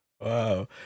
Wow